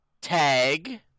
tag